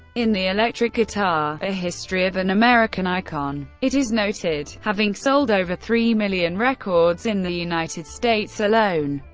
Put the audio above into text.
in the electric guitar a history of an american icon, it is noted having sold over three million records in the united states alone,